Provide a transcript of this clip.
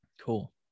cool